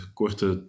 korte